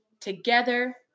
together